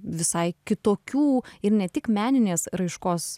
visai kitokių ir ne tik meninės raiškos